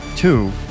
Two